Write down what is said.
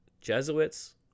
Jesuits